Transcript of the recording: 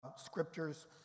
Scriptures